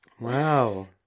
Wow